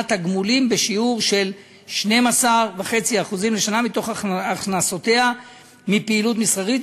תמלוגים בשיעור 12.5% לשנה מהכנסותיה מפעילות מסחרית,